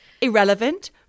irrelevant